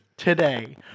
Today